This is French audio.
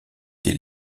des